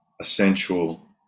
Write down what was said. essential